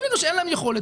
הם הבינו שאין להם יכולת.